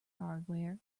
hardware